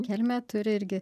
kelmė turi irgi